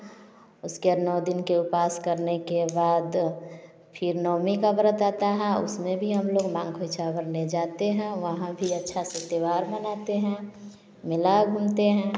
उसके नौ दिन के उपवास करने के बाद फिर नवमी का व्रत आता है उसमें भी हम लोग माँ को चावल ले जाते हैं वहाँ भी अच्छा सा त्यौहार मनाते हैं मेला घूमते हैं